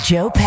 Joe